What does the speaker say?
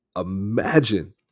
imagine